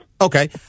Okay